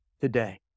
today